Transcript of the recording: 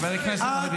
חושך מערכת המשפט.